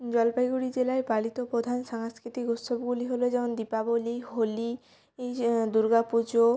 জলপাইগুড়ি জেলায় পালিত প্রধান সাংস্কৃতিক উৎসবগুলি হলো যেমন দীপাবলি হোলি এই যে দুর্গা পুজো